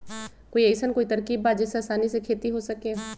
कोई अइसन कोई तरकीब बा जेसे आसानी से खेती हो सके?